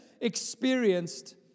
experienced